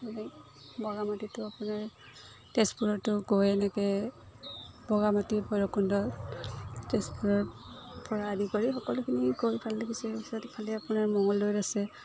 বগামাটিটো আপোনাৰ তেজপুৰতো গৈ এনেকৈ বগামাটি ভৈৰৱকুণ্ড তেজপুৰৰপৰা আদি কৰি সকলোখিনি গৈ ভাল লাগে তাৰ পিছত ইফালে আপোনাৰ মঙ্গলদৈ আছে